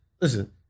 Listen